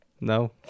No